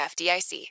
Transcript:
FDIC